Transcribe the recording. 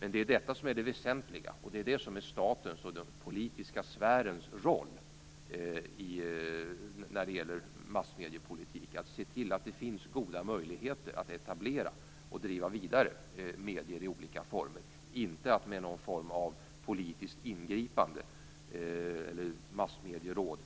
Men det är detta som är det väsentliga, och det är det som är statens och den politiska sfärens roll i massmediepolitiken, att se till att det finns goda möjligheter att etablera och driva vidare medier i olika former. Man skall inte genom något politiskt ingripande eller genom ett massmedieråd